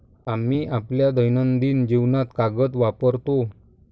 आम्ही आपल्या दैनंदिन जीवनात कागद वापरतो